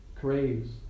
craves